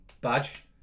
badge